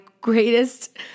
greatest